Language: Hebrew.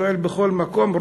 שואל בכל מקום,